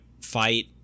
fight